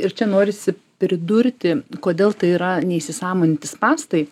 ir čia norisi pridurti kodėl tai yra neįsisąmoninti spąstai